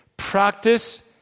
Practice